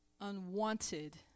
unwanted